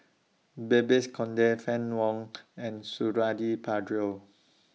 Babes Conde Fann Wong and Suradi Parjo